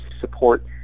support